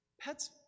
pets